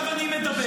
עכשיו אני מדבר.